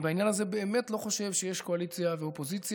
בעניין הזה אני באמת לא חושב שיש קואליציה ואופוזיציה.